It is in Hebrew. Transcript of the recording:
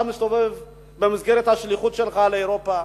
אתה מסתובב במסגרת השליחות שלך באירופה.